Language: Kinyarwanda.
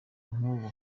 urabibona